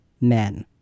men